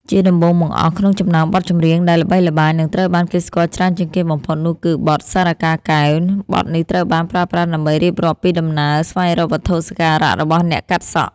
ជាដំបូងបង្អស់ ក្នុងចំណោមបទចម្រៀងដែលល្បីល្បាញ និងត្រូវបានគេស្គាល់ច្រើនជាងគេបំផុតនោះគឺ បទ សារិកាកែវ ។ បទនេះត្រូវបានប្រើប្រាស់ដើម្បីរៀបរាប់ពីដំណើរស្វែងរកវត្ថុសក្ការៈរបស់អ្នកកាត់សក់